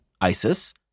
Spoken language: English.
Isis